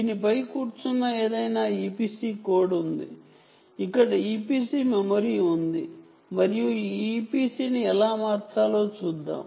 దీనిపై కూర్చున్న ఏదైనా EPC కోడ్ ఉంది అక్కడ EPC మెమరీ ఉంది మరియు ఈ EPC ని ఎలా మార్చాలో చూద్దాం